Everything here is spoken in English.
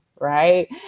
Right